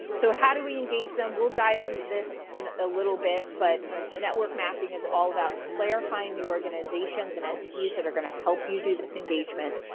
so how do we engage them? we'll dive into this in a little bit but network mapping is all about clarifying the organizations and entities that are going to help you do this engagement.